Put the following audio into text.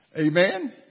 Amen